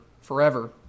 forever